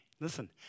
Listen